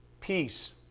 peace